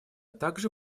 также